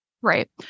Right